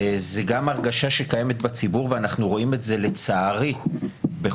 זאת גם הרגשה שקיימת בציבור ולצערי אנחנו